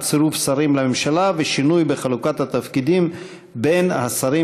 צירוף שרים לממשלה ושינוי בחלוקת התפקידים בין השרים,